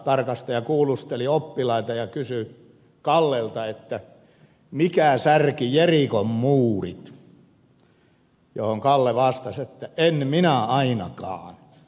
tarkastaja kuulusteli oppilaita ja kysyi kallelta mikä särki jerikon muurit johon kalle vastasi että en minä ainakaan